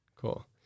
Cool